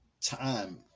time